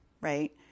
right